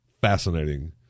fascinating